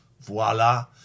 voila